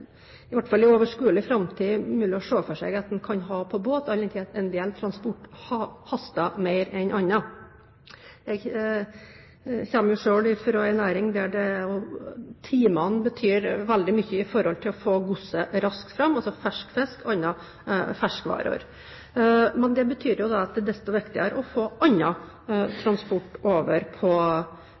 mulig å se for seg at en kan ha gods på båt, all den tid en del transport haster mer enn annen. Jeg kommer selv fra en næring der timene betyr veldig mye for å få godset raskt fram, altså fersk fisk og andre ferskvarer. Men det betyr at det er desto viktigere å få annen transport over på